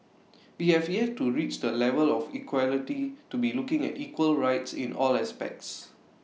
we have yet to reach the level of equality to be looking at equal rights in all aspects